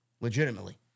Legitimately